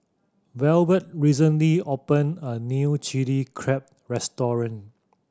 Velvet recently opened a new Chilli Crab restaurant